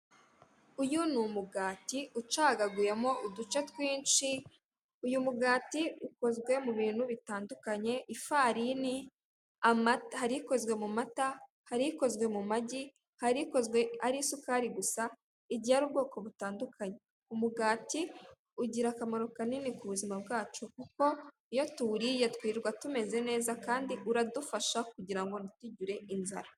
Uyu ni umugati ucagaguyemo uduce twinshi uyu mugati ukozwe mu bintu bitandukanye ifarini hari ikozwe mu mata, hari ukozwe mu magi, hari ukozwe ari isukari gusa iyiye hari ubwoko butandukanye umugati ugira akamaro kanini ku buzima bwacu kuko iyo tuwuriye twirirwa tumeze neza uradufasha kugira ngo ntitugire inzara.